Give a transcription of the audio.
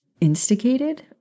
instigated